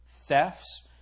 thefts